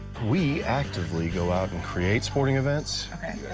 we actively go out and create sporting events. okay.